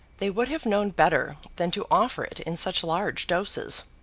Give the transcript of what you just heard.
they would have known better than to offer it in such large doses.